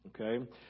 Okay